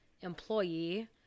employee